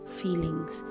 feelings